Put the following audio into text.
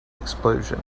explosion